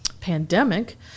pandemic